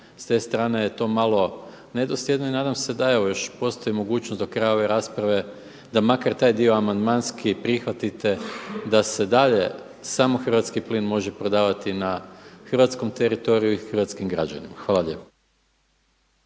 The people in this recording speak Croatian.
s te strane je to malo nedosljedno i nada se evo postoji mogućnost do kraja ove rasprave da makar taj dio amandmanski prihvatite da se dalje samo hrvatski plin može prodavati na hrvatskom teritoriju i hrvatskim građanima. Hvala lijepo.